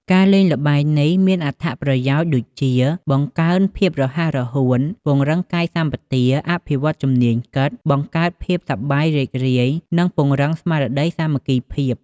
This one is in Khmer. ការលេងល្បែងនេះមានអត្ថប្រយោជន៍ដូចជា បង្កើនភាពរហ័សរហួន ពង្រឹងកាយសម្បទា អភិវឌ្ឍជំនាញគិត បង្កើតភាពសប្បាយរីករាយនិងពង្រឹងស្មារតីសាមគ្គីភាព។